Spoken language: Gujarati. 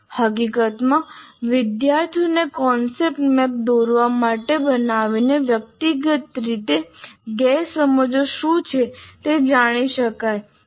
હકીકતમાં વિદ્યાર્થીઓને કોન્સેપ્ટ મેપ દોરવા માટે બનાવીને વ્યક્તિની ગેરસમજો શું છે તે જાણી શકાય છે